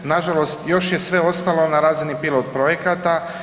Nažalost još je sve ostalo na razini pilot projekata.